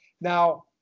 Now